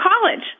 college